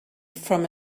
from